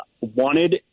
wanted